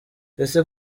ese